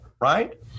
right